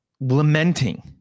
lamenting